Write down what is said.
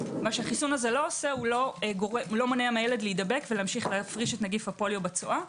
החיסון הזה לא מונע מהילד להידבק ולהמשיך להפריש את נגיף הפוליו בצואה.